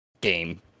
game